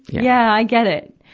yeah, i get it.